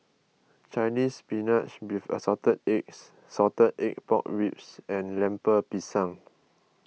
Chinese Spinach with Assorted Eggs Salted Egg Pork Ribs and Lemper Pisang